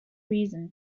reason